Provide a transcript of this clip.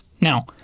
Now